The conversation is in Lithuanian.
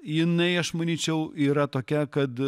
jinai aš manyčiau yra tokia kad